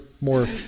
more